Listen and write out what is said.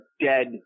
dead